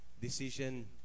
Decision